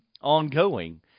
ongoing